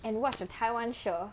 and watch the taiwan show